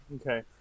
Okay